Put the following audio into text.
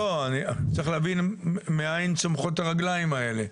לא, צריך להבין מאין צומחות הרגליים האלה.